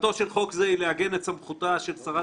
"מטרתו של חוק זה היא לעגן את סמכותה של שרת